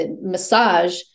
massage